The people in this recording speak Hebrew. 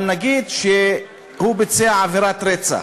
אבל נגיד שהוא ביצע עבירת רצח,